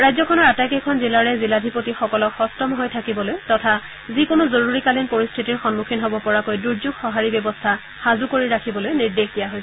ৰাজ্যখনৰ আটাইকেইখন জিলাৰে জিলাধিপতিসকলক সট্ম হৈ থাকিবলৈ তথা যিকোনো জৰুৰীকালীন পৰিস্থিতিৰ সন্মুখীন হ'ব পৰাকৈ দুৰ্য্যোগ সঁহাৰি ব্যৱস্থা সাজু কৰি ৰাখিবলৈ নিৰ্দেশ দিয়া হৈছে